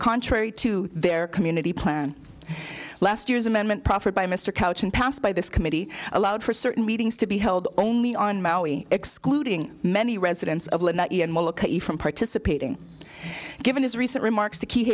contrary to their community plan last year's amendment proffered by mr couch and passed by this committee allowed for certain meetings to be held only on maui excluding many residents of from participating given his recent remarks to keep